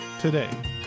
today